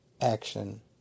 action